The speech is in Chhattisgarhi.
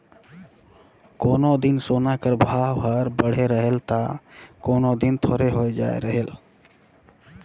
कोनो दिन सोना कर भाव हर बढ़े रहेल ता कोनो दिन थोरहें होए जाए रहेल